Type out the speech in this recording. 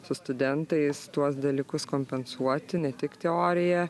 su studentais tuos dalykus kompensuoti ne tik teorija